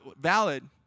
valid